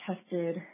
tested